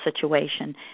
situation